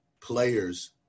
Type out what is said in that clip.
players